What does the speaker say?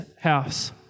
house